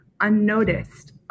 unnoticed